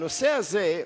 בנושא הזה,